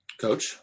Coach